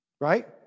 right